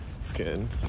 skin